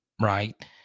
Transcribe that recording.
right